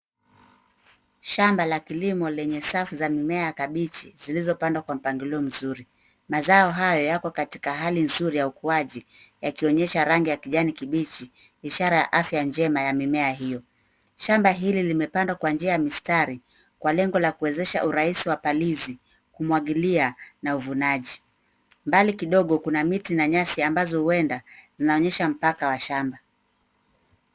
Shamba la kilimo lenye safu za mimea ya kabichi zilizopandwa kwa mpangilio mzuri. Mazao haya yako katika hali nzuri ya ukuaji yakionyesha rangi ya kijani kibichi, ishara ya afya njema ya mimea hiyo. Shamba hili limepandwa kwa njia ya mistari kwa lengo la kuwezesha urahisi wa palizi, kumwagilia na uvunaji. Mbali kidogo kuna miti na nyasi ambazo huenda inaonyesha mpaka wa shamba.